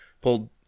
Pulled